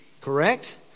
correct